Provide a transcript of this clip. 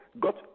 got